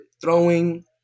throwing